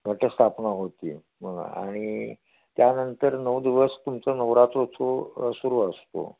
घटस्थापना होती मग आणि त्यानंतर नऊ दिवस तुमचं नवरात्र उत्सव सुरू असतो